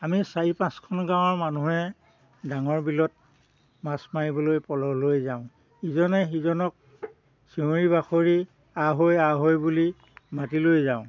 আমি চাৰি পাঁচখন গাঁৱৰ মানুহে ডাঙৰ বিলত মাছ মাৰিবলৈ পলহ লৈ যাওঁ ইজনে সিজনক চিঞৰি বাখৰি আহ ঐ আহ ঐ বুলি মাতি লৈ যাওঁ